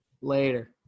Later